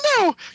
No